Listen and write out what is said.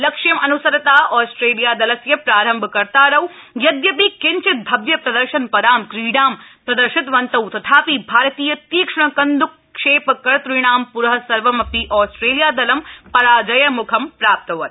लक्ष्यम् अनुसरता ऑस्ट्रेलिया दलस्य प्रारम्भ कर्तारौ यद्यपि किञ्चिद् भव्यप्रदर्शन रां क्रीडां प्रदर्शितवन्तौ तथापि भारतीय तीक्ष्ण कन्द्रक क्षे कर्तणां र सर्वम ऑस्ट्रेलिया दलं राजयम्खं प्राप्तवत्